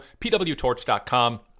PWTorch.com